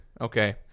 Okay